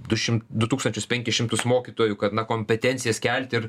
du šim du tūkstančius penkis šimtus mokytojų kad na kompetencijas kelti ir